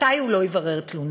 מתי הוא לא יברר תלונה?